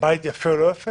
שמעתי סיפור אחר.